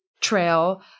trail